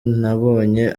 nabonye